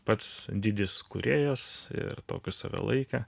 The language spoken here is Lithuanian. pats didis kūrėjas ir tokiu save laikė